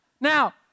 Now